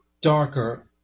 darker